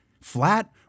flat